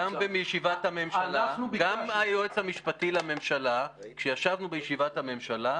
גם היועץ המשפטי לממשלה כשישבנו בישיבת הממשלה,